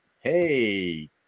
hey